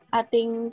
ating